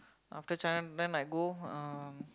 after China then might go um